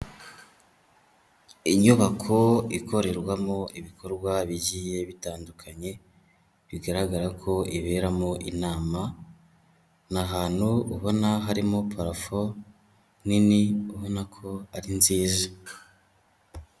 Inyubako ikorerwamo ibikorwa bigiye bitandukanye, bigaragara ko iberamo inama, ni ahantu ubona harimo parafo nini, ubona ko ari nziza.